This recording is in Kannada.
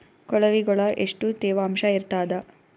ಕೊಳವಿಗೊಳ ಎಷ್ಟು ತೇವಾಂಶ ಇರ್ತಾದ?